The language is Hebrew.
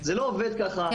זה לא עובד ככה.